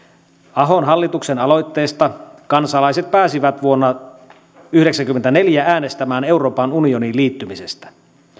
ahon hallituksen aloitteesta kansalaiset pääsivät vuonna yhdeksänkymmentäneljä äänestämään euroopan unioniin liittymisestä